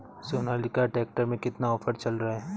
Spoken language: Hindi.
सोनालिका ट्रैक्टर में कितना ऑफर चल रहा है?